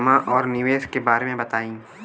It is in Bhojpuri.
जमा और निवेश के बारे मे बतायी?